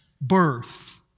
birth